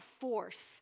force